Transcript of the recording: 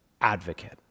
advocate